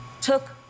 took